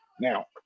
Now